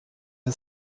the